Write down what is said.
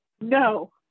no